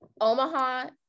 Omaha